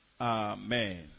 Amen